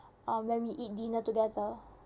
uh when we eat dinner together